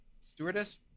stewardess